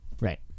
Right